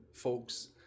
folks